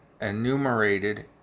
enumerated